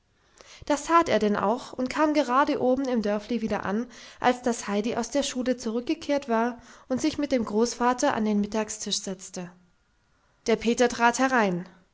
das tat er denn auch und kam gerade oben im dörfli wieder an als das heidi aus der schule zurückgekehrt war und sich mit dem großvater an den mittagstisch setzte der peter trat herein